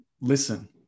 listen